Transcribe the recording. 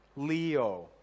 Leo